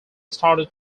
started